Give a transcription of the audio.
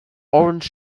orange